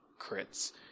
crits